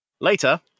Later